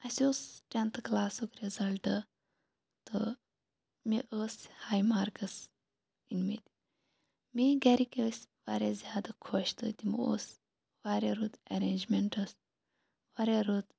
اسہِ اوس ٹینتھہٕ کٕلاسُک رِزَلٹ تہٕ مےٚ ٲسۍ ہاے مارکٕس أنۍ مٕتۍ میٲنۍ گَرِکۍ ٲسۍ واریاہ زِیادٕ خۄش تہٕ تِمو اوس واریاہ رُت ارینٛجمینٛٹ واریاہ رُت